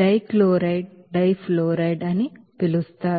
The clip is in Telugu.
డై క్లోరైడ్ డై ఫ్లోరైడ్ అని పిలుస్తారు